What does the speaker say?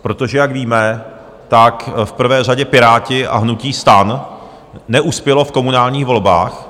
Protože jak víme, tak v prvé řadě Piráti a hnutí STAN neuspělo v komunálních volbách.